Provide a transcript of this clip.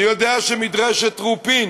אני יודע שמדרשת רופין